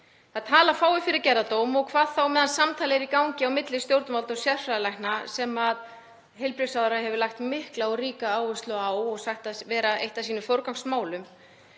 Það tala fáir fyrir gerðardómi og hvað þá meðan samtal er í gangi á milli stjórnvalda og sérfræðilækna sem heilbrigðisráðherra hefur lagt mikla og ríka áherslu á og sagt vera eitt af sínum forgangsmálum.